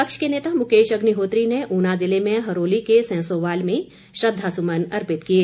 विपक्ष के नेता मुकेश अग्निहोत्री ने ऊना जिले में हरोली के सेंसोवाल में श्रद्वासुमन अर्पित किए